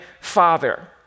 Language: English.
Father